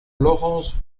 laurence